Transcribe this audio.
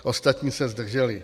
Ostatní se zdrželi.